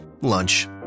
Lunch